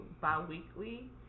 bi-weekly